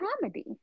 comedy